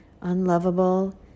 unlovable